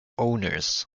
owners